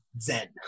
Zen